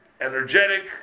energetic